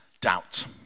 Doubt